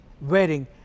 wearing